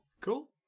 Cool